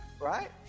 right